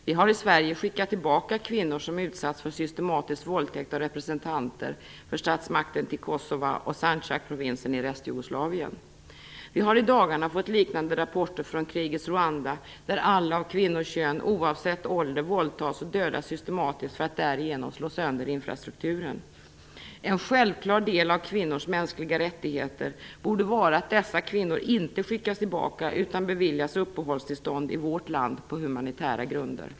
Vi har från Sverige skickat tillbaka kvinnor som utsatts för systematisk våldtäkt av representanter för statsmakten, till Kosova och till Sandzakprovinsen i Restjugoslavien. Vi har i dagarna fått liknande rapporter från krigets Rwanda, där alla av kvinnokön oavsett ålder våldtas och dödas systematiskt som medel för att slå sönder infrastrukturen. En självklar del av kvinnors mänskliga rättigheter borde vara att dessa kvinnor inte skickas tillbaka utan beviljas uppehållstillstånd i vårt land på humanitära grunder.